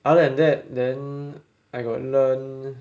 other than that then I got learn